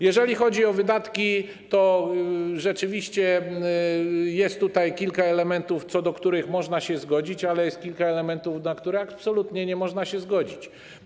Jeżeli chodzi o wydatki, to rzeczywiście jest tutaj kilka elementów, co do których można się zgodzić, jednak jest kilka elementów, na które absolutnie nie można się zgodzić.